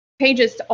pages